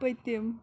پٔتِم